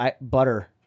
Butter